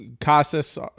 Casas